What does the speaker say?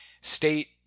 state